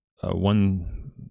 one